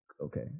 Okay